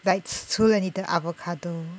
like 除了你的 avocado